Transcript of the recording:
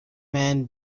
man